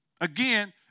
Again